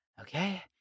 Okay